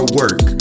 work